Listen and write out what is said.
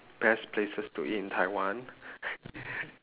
best places to eat in taiwan